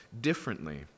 differently